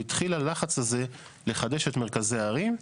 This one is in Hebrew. והתחיל הלחץ הזה לחדש את מרכזי הערים.